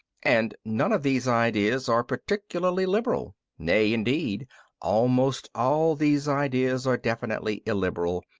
and none of these ideas are particularly liberal. nay, indeed almost all these ideas are definitely illiberal,